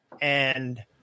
and-